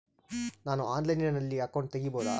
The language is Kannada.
ನಾನು ಆನ್ಲೈನಲ್ಲಿ ಅಕೌಂಟ್ ತೆಗಿಬಹುದಾ?